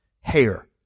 hair